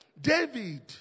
David